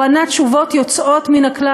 הוא נתן תשובות יוצאות מן הכלל.